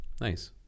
Nice